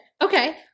Okay